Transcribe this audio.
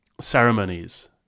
ceremonies